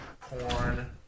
porn